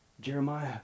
Jeremiah